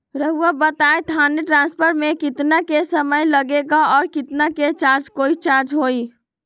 रहुआ बताएं थाने ट्रांसफर में कितना के समय लेगेला और कितना के चार्ज कोई चार्ज होई?